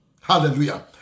Hallelujah